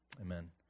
amen